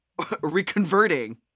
reconverting